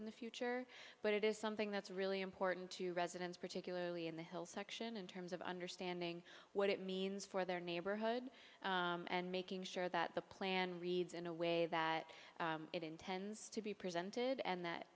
in the future but it is something that's really important to residents particularly in the hill section in terms of understanding what it means for their neighborhood and making sure that the plan reads in a way that it intends to be presented and that